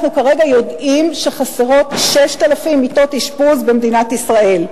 אנחנו כרגע יודעים שחסרות 6,000 מיטות אשפוז במדינת ישראל.